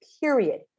period